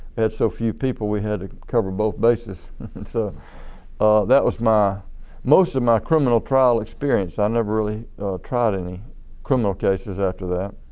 had so few people we had to cover both bases so that was my most amount of criminal trial experience. i never really tried any criminal cases after that.